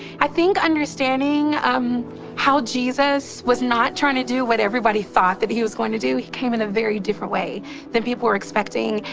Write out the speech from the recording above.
i think understanding um how jesus was not trying to do what everybody thought that he was going to do. he came in a very different way than people were expecting.